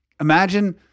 imagine